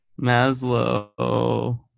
Maslow